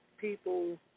People